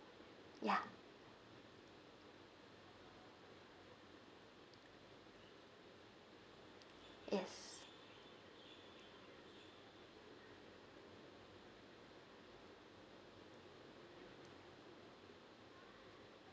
ya yes